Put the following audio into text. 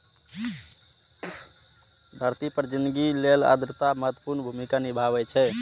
धरती पर जिनगी लेल आर्द्रता महत्वपूर्ण भूमिका निभाबै छै